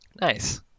Nice